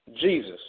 Jesus